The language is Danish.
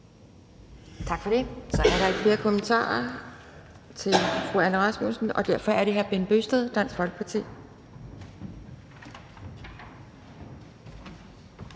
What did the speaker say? Tak for det. Så er der ikke flere kommentarer til fru Anne Rasmussen, og derfor er det hr. Bent Bøgsted, Dansk Folkeparti.